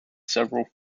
several